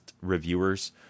reviewers